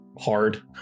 Hard